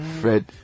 Fred